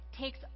takes